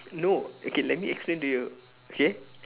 no okay let me explain to you okay